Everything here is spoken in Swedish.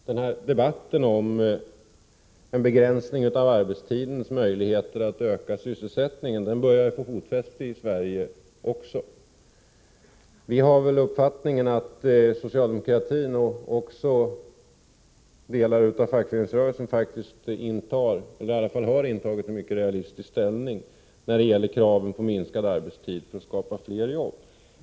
Den här debatten om möjligheterna att genom en arbetstidsbegränsning öka sysselsättningen börjar få fotfäste också i Sverige. Vår uppfattning är att socialdemokratin och även delar av fackföreningsrörelsen i varje fall har intagit en mycket realistisk ståndpunkt när det gäller kraven på minskad arbetstid för att skapa fler jobb.